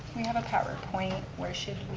we have a powerpoint. where